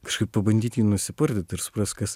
kažkaip pabandyt jį nusipurtyt ir suprast kas